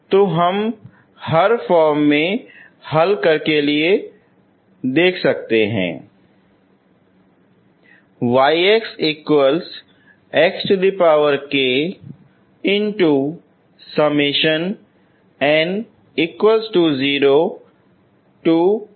तो हम फोरम में हल के लिए देखेंगे